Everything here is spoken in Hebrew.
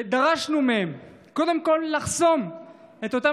ודרשנו מהן קודם כול לחסום את אותם